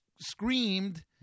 screamed